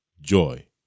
joy